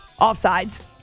offsides